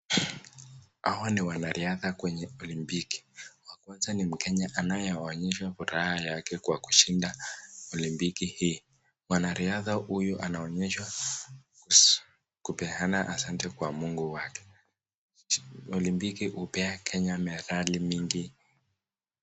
Hawa ni wanariadha kwenye olimpiki wa kwanza ni mkenya anayeonyesha furaha yake kwa kushinda olimpiki hii, mwana riadha huyu anaonyesha kupeana asante kwa mungu wake, olimpiki hupea Kenya metali mingi.